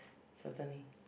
certainly